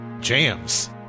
jams